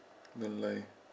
don't lie